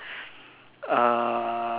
uh